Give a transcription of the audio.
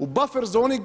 U buffer zoni